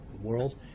world